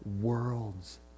worlds